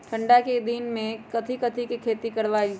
ठंडा के दिन में कथी कथी की खेती करवाई?